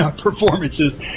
performances